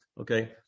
okay